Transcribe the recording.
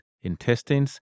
intestines